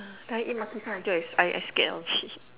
then I eat Makisan until I I scared of it